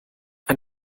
ein